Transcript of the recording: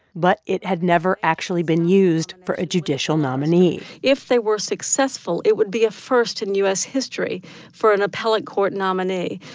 but it had never actually been used for a judicial nominee if they were successful, it would be a first in u s. history for an appellate court nominee.